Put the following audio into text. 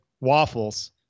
waffles